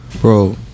Bro